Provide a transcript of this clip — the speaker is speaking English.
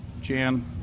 Jan